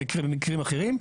במקרים אחרים,